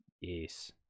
Yes